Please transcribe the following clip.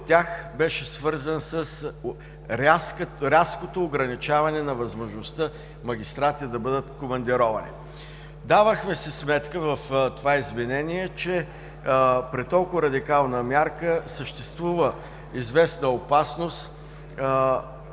тях беше свързан с рязкото ограничаване на възможността магистрати да бъдат командировани. Давахме си сметка в това изменение, че при толкова радикална мярка съществува известна опасност